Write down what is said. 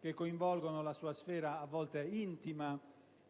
che coinvolgono la sua sfera, a volte intima,